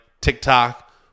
TikTok